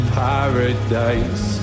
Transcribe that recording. paradise